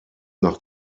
nach